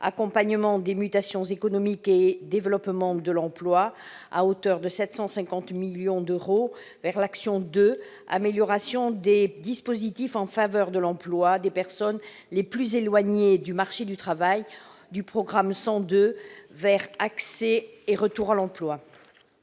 Accompagnement des mutations économiques et développement de l'emploi », à hauteur de 750 millions d'euros, vers l'action n° 02, Amélioration des dispositifs en faveur de l'emploi des personnes les plus éloignées du marché du travail, du programme 102, « Accès et retour à l'emploi